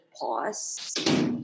pause